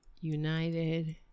United